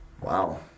Wow